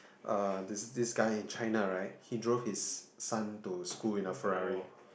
uh this this guy in China right he drove his son to school in a Ferrari